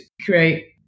create